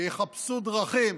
שיחפשו דרכים